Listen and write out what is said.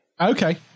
okay